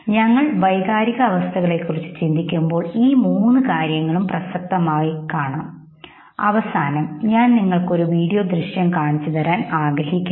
ഞങ്ങൾ വൈകാരികാവസ്ഥകളെ കുറിച്ച് ചിന്തിക്കുമ്പോൾ ഈ മൂന്ന് കാര്യങ്ങളും പ്രസക്തമാകുന്നു അവസാനം ഞാൻ നിങ്ങൾക്ക് ഒരു വീഡിയോ ദൃശ്യം കാണിച്ചു തരാൻ ആഗ്രഹിക്കുന്നു